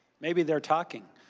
maybe they are talking.